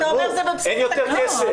אין יותר כסף?